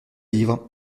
livres